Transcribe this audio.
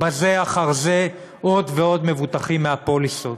בזה אחר זה עוד ועוד מבוטחים מהפוליסות.